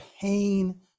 pain